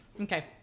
Okay